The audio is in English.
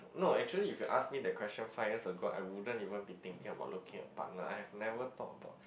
no actually if you ask me that question five years ago I wouldn't even be thinking about looking a partner I have never thought about